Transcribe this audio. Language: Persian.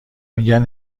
میگن